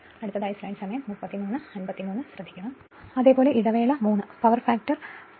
അതുപോലെ ഇടവേള മൂന്ന് പവർ ഫാക്ടർ 0